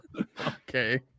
Okay